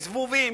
זבובים,